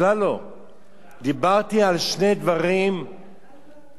דיברתי על שני דברים שונים לחלוטין.